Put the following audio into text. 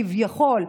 כביכול,